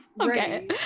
okay